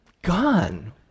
Gone